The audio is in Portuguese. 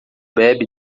bebe